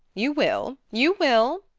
you will you will,